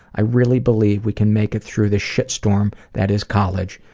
i really believe we can make it through this shitstorm that is college,